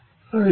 అది 0